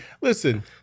listen